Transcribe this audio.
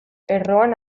erroan